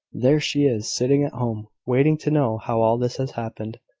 there she is, sitting at home, waiting to know how all this has happened.